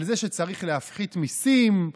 על זה שצריך להפחית מיסים,